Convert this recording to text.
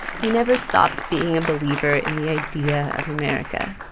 he never stopped being a believer in the idea of america.